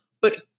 but-